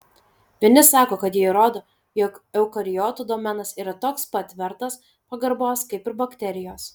vieni sako kad jie įrodo jog eukariotų domenas yra toks pat vertas pagarbos kaip ir bakterijos